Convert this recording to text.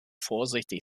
vorsichtig